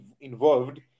involved